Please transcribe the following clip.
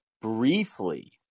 briefly